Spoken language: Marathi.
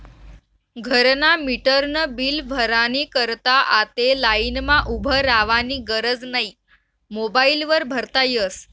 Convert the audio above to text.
घरना मीटरनं बील भरानी करता आते लाईनमा उभं रावानी गरज नै मोबाईल वर भरता यस